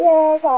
Yes